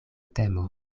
temo